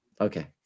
okay